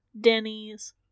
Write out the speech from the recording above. Denny's